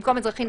במקום אזרחי,